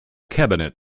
cabinet